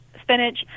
spinach